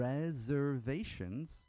Reservations